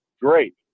Great